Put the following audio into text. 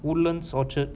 woodlands orchard